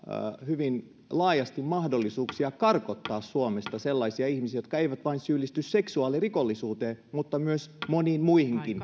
hyvin laajasti mahdollisuuksia karkottaa suomesta sellaisia ihmisiä jotka eivät syyllisty vain seksuaalirikollisuuteen vaan moniin muihinkin